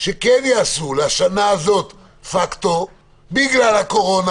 שיעשו לשנה הזאת פקטור בגלל הקורונה.